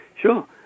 Sure